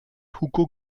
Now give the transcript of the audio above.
hugo